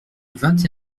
vingt